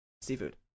seafood